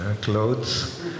clothes